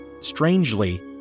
Strangely